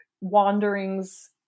wanderings